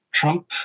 Trump